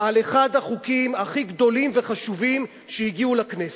על אחד החוקים הכי גדולים וחשובים שהגיעו לכנסת.